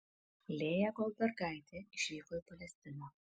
lėja goldbergaitė išvyko į palestiną